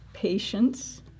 Patience